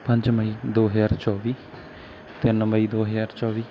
ਪੰਜ ਮਈ ਦੋ ਹਜ਼ਾਰ ਚੌਵੀ ਤਿੰਨ ਮਈ ਦੋ ਹਜ਼ਾਰ ਚੌਵੀ